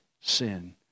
sin